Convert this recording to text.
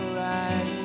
right